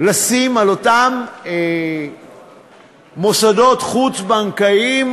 לשים על אותם מוסדות חוץ-בנקאיים,